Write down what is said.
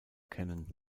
kennen